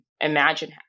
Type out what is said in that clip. imagine